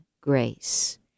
grace